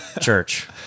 Church